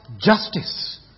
justice